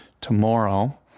tomorrow